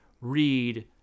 read